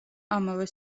ამავე